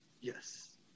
Yes